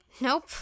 Nope